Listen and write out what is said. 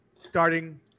starting